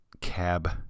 Cab